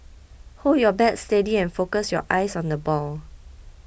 hold your bat steady and focus your eyes on the ball